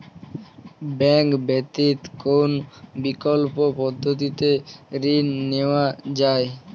Bank ব্যতিত কোন বিকল্প পদ্ধতিতে ঋণ নেওয়া যায়?